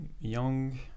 young